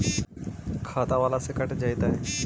खाता बाला से कट जयतैय?